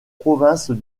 province